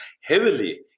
heavily